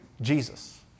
Jesus